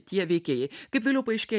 tie veikėjai kaip vėliau paaiškėja